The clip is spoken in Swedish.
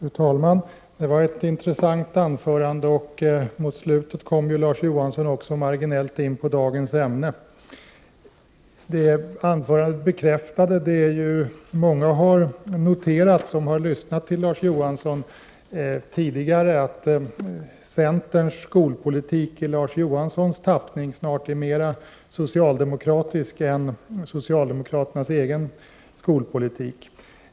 Fru talman! Det var ett intressant anförande, och mot slutet kom Larz Johansson också marginellt in på dagens ämne. Hans anförande bekräftade vad många har noterat som tidigare lyssnat till Larz Johansson, nämligen att centerns skolpolitik i Larz Johanssons tappning snart är mer socialdemokratisk än socialdemokraternas egen skolpolitik.